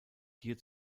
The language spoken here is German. hier